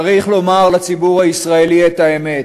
צריך לומר לציבור הישראלי את האמת,